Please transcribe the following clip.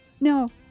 No